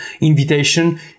invitation